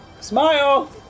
Smile